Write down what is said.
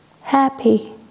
happy